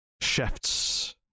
shifts